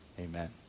amen